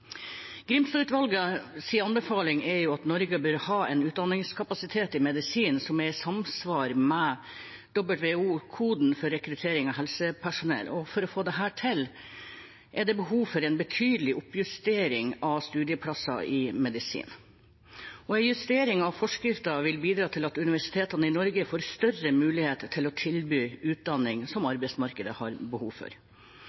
anbefaling er at Norge bør ha en utdanningskapasitet i medisin som er i samsvar med WHO-koden for rekruttering av helsepersonell. For å få til dette er det behov for en betydelig oppjustering av studieplasser i medisin. En justering av forskriften vil bidra til at universitetene i Norge får større muligheter til å tilby utdanning som